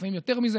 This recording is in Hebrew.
לפעמים יותר מזה.